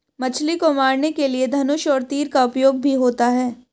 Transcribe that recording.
मछली को मारने के लिए धनुष और तीर का उपयोग भी होता है